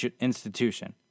institution